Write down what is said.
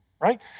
right